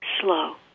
slow